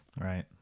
Right